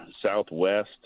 Southwest